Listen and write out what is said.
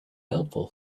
helpful